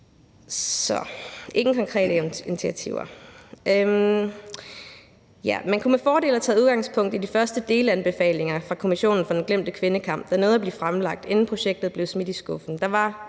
Man kunne med fordel have taget udgangspunkt i de første delanbefalinger fra Kommissionen for den glemte kvindekamp, der nåede at blive fremlagt, inden projektet blev smidt i skuffen.